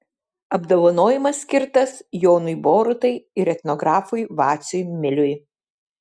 apdovanojimas skirtas jonui borutai ir etnografui vaciui miliui